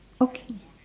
okay